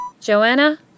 Joanna